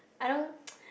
I don't